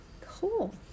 Cool